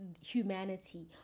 humanity